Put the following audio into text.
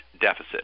deficit